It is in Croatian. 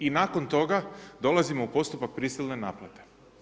I nakon toga dolazimo u postupak prisilne naplate.